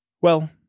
Well